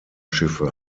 schiffe